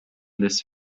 this